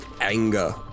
anger